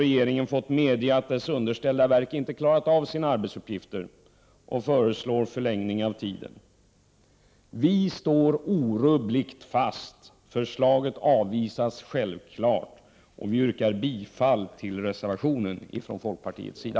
Regeringen har fått medge att dess underställda verk inte har klarat av sina arbetsuppgifter och föreslår en förlängning av tiden. Vi i folkpartiet står orubbligt fast. Självfallet avvisas förslaget. Vi yrkar bifall till reservationen från folkpartiets sida.